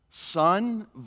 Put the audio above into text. Son